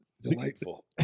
Delightful